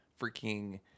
freaking